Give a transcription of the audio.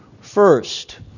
First